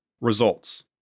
Results